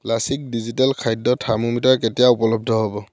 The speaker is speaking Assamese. ক্লাছিক ডিজিটেল খাদ্য থাৰ্মোমিটাৰ কেতিয়া উপলব্ধ হ'ব